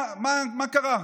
מה קרה?